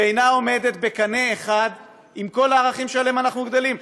שאינה עולה בקנה אחד עם כל הערכים שעליהם אנחנו גדלים.